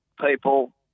people